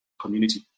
community